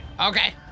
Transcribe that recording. Okay